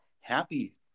happy